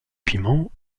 piment